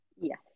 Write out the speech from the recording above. Yes